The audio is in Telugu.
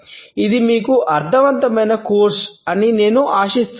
ఇది మీకు అర్ధవంతమైన కోర్సు అని నేను ఆశిస్తున్నాను